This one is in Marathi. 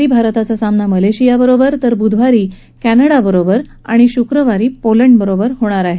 मंगळवारी भारताचा सामना मलेशियाबरोबर बुधवारी कॅनडाबरोबर तर शुक्रवारी पोलंडबरोबर होणार आहे